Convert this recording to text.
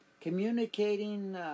Communicating